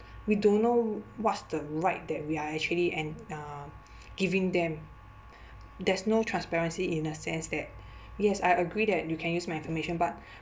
we don't know what's the right that we are actually and uh giving them there's no transparency in a sense that yes I agree that you can use my information but